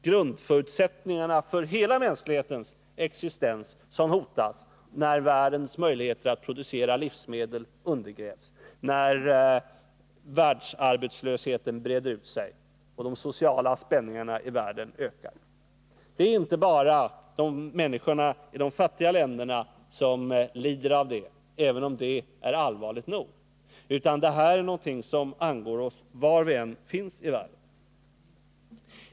Grundförutsättningarna för hela mänsklighetens existens hotas faktiskt när världens möjligheter att producera livsmedel undergrävs, när världsarbetslösheten breder ut sig och de sociala spänningarna i världen ökar. Det är inte bara människorna i de fattiga länderna som lider av det, även om det är allvarligt nog, utan det här är någonting som angår oss var i världen vi än befinner oss.